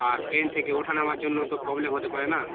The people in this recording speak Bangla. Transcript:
আর প্লেন থেকে ওঠা নামার জন্য তো প্রবলেম হতে পারে না